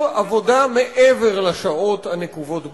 להתיר עבודה מעבר לשעות הנקובות בחוק.